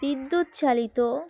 বিদ্যুৎ চালিত